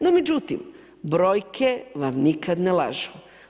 No međutim, brojke vam nikad ne lažu.